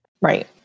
Right